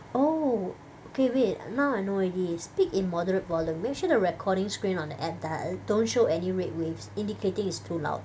oh okay wait now I know already speak in moderate volume make sure the recording screen on the app does~ don't show any red waves indicating it's too loud